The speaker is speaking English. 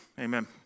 Amen